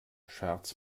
scherz